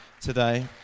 today